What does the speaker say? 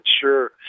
sure